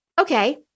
okay